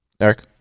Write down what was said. Eric